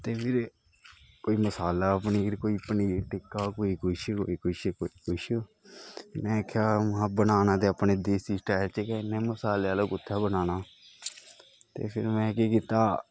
ते फिर कोई मसाला पनीर कोई पनीर टिक्का कोई कोई कुछ कोई कुछ कोई कुछ में आखेआ महां बनाना ते अपने देसी स्टाईल च गै में मसाले आह्ला कु'त्थें बनाना ते फिर में केह् कीता